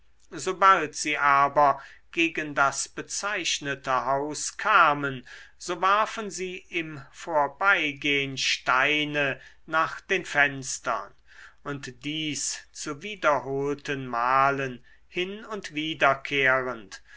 sobald sie aber gegen das bezeichnete haus kamen so warfen sie im vorbeigehn steine nach den fenstern und dies zu wiederholten malen hin und